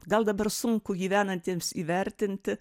gal dabar sunku gyvenantiems įvertinti